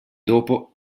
dopo